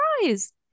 Surprise